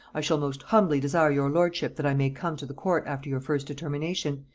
i shall most humbly desire your lordship that i may come to the court after your first determination,